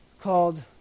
called